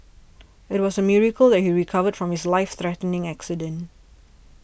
it was a miracle that he recovered from his life threatening accident